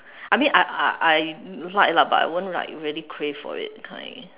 I mean I I I like lah but I won't like really crave for it kind